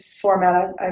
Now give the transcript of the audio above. format